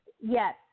Yes